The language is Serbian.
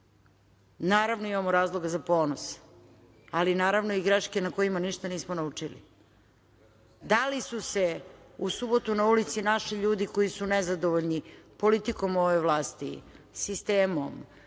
hoćete. Naravno, imamo razloga za ponos, ali naravno i greške na kojima ništa nismo naučili. Da li su se u subotu na ulici našli ljudi koji su nezadovoljni politikom ove vlasti, sistemom,